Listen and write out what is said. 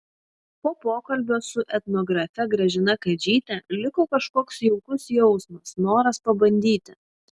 po pokalbio su etnografe gražina kadžyte liko kažkoks jaukus jausmas noras pabandyti